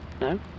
No